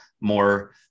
more